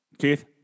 Keith